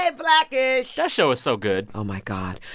ah black-ish. that show is so good oh, my god.